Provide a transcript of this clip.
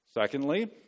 Secondly